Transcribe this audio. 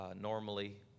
normally